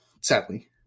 sadly